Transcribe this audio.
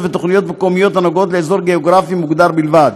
ותוכניות מקומיות הנוגעות באזור גאוגרפי מוגדר בלבד.